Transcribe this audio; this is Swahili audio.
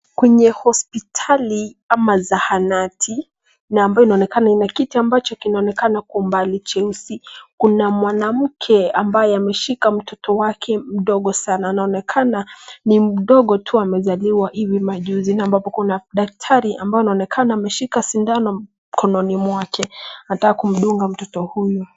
Kwenye hospitali ama zahanati na ambayo inaonekana kuna kitu kinachoonekana kwa mbali cheusi. Kuna mwanamke ambaye ameshika mtoto wake mdogo sana. Anaonekana ni mdogo tu amezaliwa hivi majuzi na ambapo kuna daktari ambao anaonekana ameshika sindano mkonononi mwake anataka kumdunga mtoto huyu.